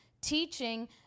teaching